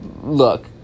look